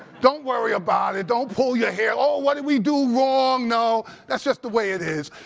don't worry about it. don't pull your hair, oh, what did we do wrong? no. that's just the way it is.